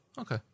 Okay